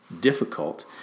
difficult